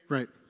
Right